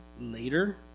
later